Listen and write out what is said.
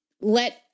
let